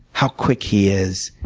how quick he is.